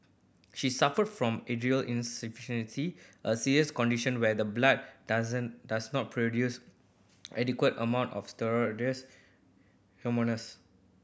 she suffered from adrenal insufficiency a serious condition where the blood doesn't does not produce adequate amount of steroid